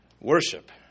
worship